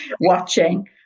watching